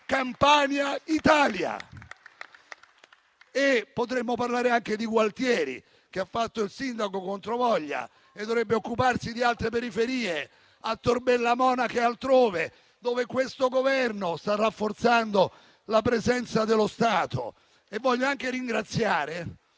Potremmo parlare anche di Gualtieri, che ha fatto il sindaco controvoglia e dovrebbe occuparsi di altre periferie, Tor Bella Monaca e altrove, dove questo Governo sta rafforzando la presenza dello Stato. Voglio anche ringraziare